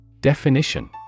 Definition